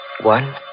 One